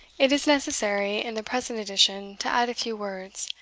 it is necessary in the present edition to add a few words,